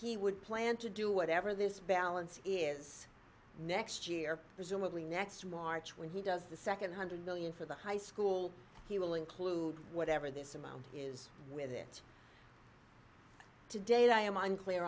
he would plan to do whatever this balance is next year presumably next march when he does the nd one hundred million for the high school he will include whatever this amount is with it to date i am unclear